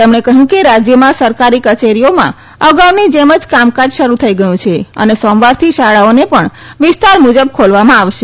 તેમણે કહ્યું કે રાજ્યમાં સરકારી કચેરીઓમાં અગાઉની જેમ જ કામકાજ શરૂ થઈ ગયું છે અને સોમવારથી શાળાઓને પણ વિસ્તાર મુજબ ખોલવામાં આવશે